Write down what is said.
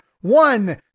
One